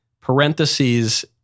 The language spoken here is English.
parentheses